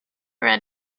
red